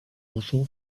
图书